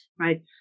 right